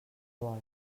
vol